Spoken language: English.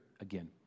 again